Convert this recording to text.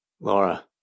Laura